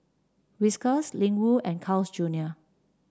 Whiskas Ling Wu and Carl's Junior